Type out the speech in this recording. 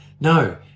no